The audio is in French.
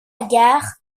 gare